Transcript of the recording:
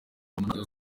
ntangiriro